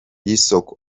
y’isoko